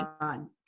on